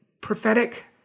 prophetic